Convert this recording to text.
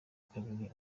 kabiri